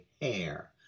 hair